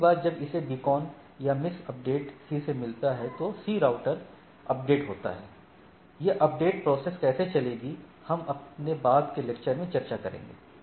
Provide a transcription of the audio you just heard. अगली बार जब उसे बीकॉन या मिस अपडेट C से मिलता है तो C राउटर अपडेट होता है ये अपडेट प्रोसेस कैसे चलेगी हम अपने बाद के लेक्चर में चर्चा करेंगे